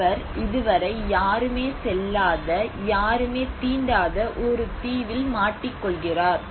அவர் இதுவரை யாருமே செல்லாத யாருமே தீண்டாத ஒரு தீவில் மாட்டிக் கொள்கிறார்